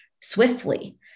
swiftly